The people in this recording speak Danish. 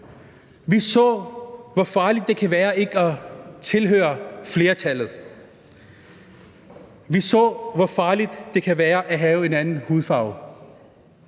vi så, hvor farligt det kan være ikke at tilhøre flertallet; vi så, hvor farligt det kan være at have en anden hudfarve.